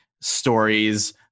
stories